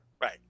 right